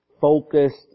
focused